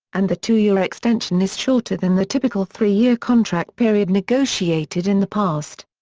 and the two-year extension is shorter than the typical three-year contract period negotiated in the past.